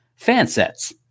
Fansets